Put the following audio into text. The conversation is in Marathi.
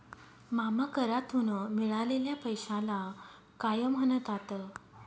मामा करातून मिळालेल्या पैशाला काय म्हणतात?